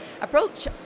approach